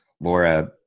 Laura